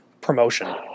promotion